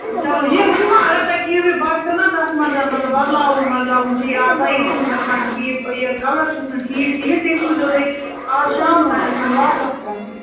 چلو یہِ ؤنہِ ما اگر تۄہہِ کیٚنٛہہ ویٚہہ باسٮ۪و نا تَتھ منٛز مطلب بَدلاوُن وَدلاوُن چھُ یہِ سایِز چھُنہٕ گژھان ٹھیٖک یہِ کَلَر چھُس نہٕ ٹھیٖک کِہیٖنٛۍ تیٚلہِ سوٗزیو تُہۍ اَز شام تانٮ۪تھ واپَس